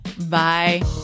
Bye